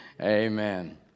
Amen